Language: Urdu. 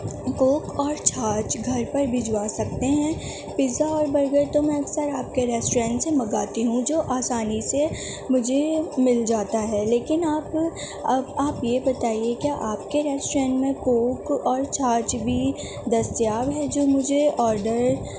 کوک اور چھاچ گھر پر بھجوا سکتے ہیں پزہ اور برگر تو میں اکثر آپ کے ریسٹورینٹ سے منگا تی ہوں جو آسانی سے مجھے مل جاتا ہے لیکن آپ آپ آپ یہ بتائیے کے آپ کے ریسٹورینٹ میں کوک اور چھاچ بھی دستیاب ہے جو مجھے آڈر